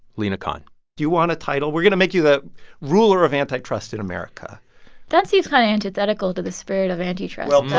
lina khan do you want a title? we're going to make you the ruler of antitrust in america that seems kind of antithetical to the spirit of antitrust well